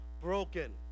broken